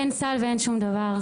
אין סל ואין שום דבר.